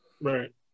Right